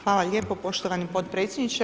Hvala lijepo poštovani potpredsjedniče.